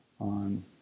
on